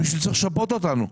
מישהו צריך לשפות אותנו.